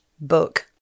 book